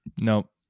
Nope